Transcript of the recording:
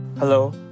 Hello